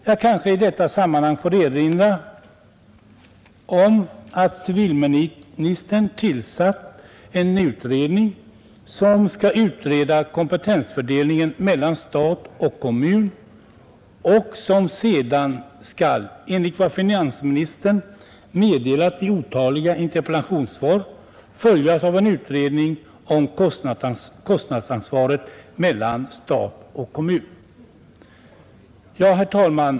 Jag kanske i detta sammanhang får erinra om den utredning som civilministern tillsatt och som skall utreda kompetensfördelningen mellan stat och kommun och som sedan — enligt vad finansministern meddelat i otaliga interpellationssvar — skall följas av en utredning om kostnadsansvaret mellan stat och kommun. Herr talman!